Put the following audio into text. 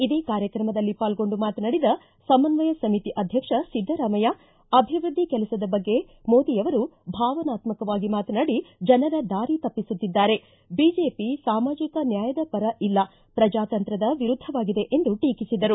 ಇದೇ ಕಾರ್ಯಕ್ರಮದಲ್ಲಿ ಪಾಲ್ಗೊಂಡು ಮಾತನಾಡಿದ ಸಮನ್ವಯ ಸಮಿತಿ ಅಧ್ಯಕ್ಷ ಸಿದ್ದರಾಮಯ್ಯ ಅಭಿವೃದ್ದಿ ಕೆಲಸದ ಬಗ್ಗೆ ಮೋದಿ ಭಾವನಾತ್ಮವಾಗಿ ಮಾತನಾಡಿ ಜನರ ದಾರಿ ತಪ್ಪಿಸುತ್ತಿದ್ದಾರೆ ಬಿಜೆಪಿ ಸಾಮಾಜಿಕ ನ್ಯಾಯದ ಪರ ಇಲ್ಲ ಪ್ರಜಾತಂತ್ರದ ವಿರುದ್ಗವಾಗಿದೆ ಎಂದು ಟೀಕಿಸಿದರು